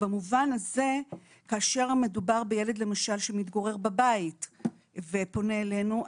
במובן הזה כאשר מדובר בילד שמתגורר בבית ופונה אלינו,